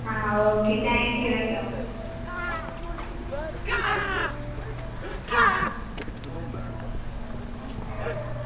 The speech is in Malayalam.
ആ ഓക്കേ താങ്ക്യൂ കേട്ടോ അ ആ